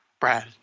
Brad